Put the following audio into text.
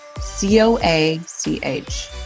C-O-A-C-H